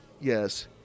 Yes